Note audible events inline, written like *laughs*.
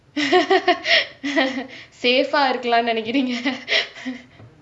*laughs* safe வா இருக்குலானு நெனக்கிரீங்கே:vaa irukulaanu nenaikuringgae